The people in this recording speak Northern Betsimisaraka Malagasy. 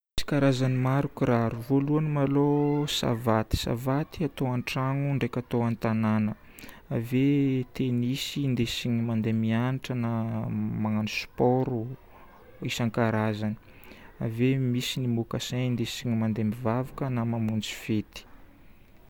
Msy karazagny maro kiraro. Voalohany maloha: savaty atao an-tragno ndraiky atao an-tanagna. Ave tennis indesigna mandeha mianatra na magnano sport isankarazany. Ave misy ny mocassin indesigna mandeha mivavaka na mamonjy fety.